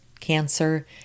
cancer